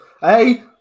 Hey